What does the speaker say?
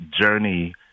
journey